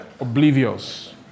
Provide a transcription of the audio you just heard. oblivious